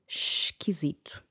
esquisito